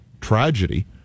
tragedy